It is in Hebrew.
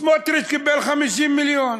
סמוטריץ קיבל 50 מיליון.